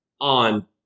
on